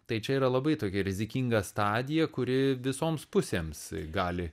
tai čia yra labai tokia rizikinga stadija kuri visoms pusėms gali